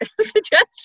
suggestion